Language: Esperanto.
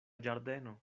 ĝardeno